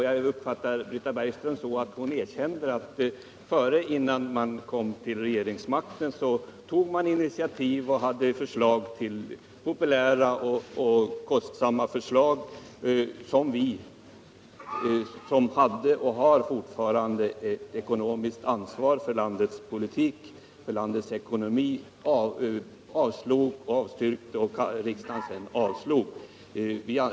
Jag uppfattar Britta Bergström så, att hon erkänner att innan man kom till regeringsmakten tog man initiativ och lade fram populära och kostnadskrävande förslag som vi, som hade och som fortfarande har ansvar för landets politik, för landets ekonomi, avstyrkte och som riksdagen sedan avslog.